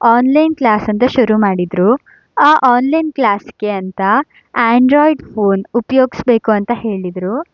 online class ಅಂತ ಶುರು ಮಾಡಿದರು ಆ ಆನ್ಲೈನ್ ಕ್ಲಾಸ್ಗೆ ಅಂತ ಆ್ಯಂಡ್ರಾಯ್ಡ್ ಫೋನ್ ಉಪಯೋಗಿಸಬೇಕು ಅಂತ ಹೇಳಿದರು